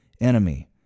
enemy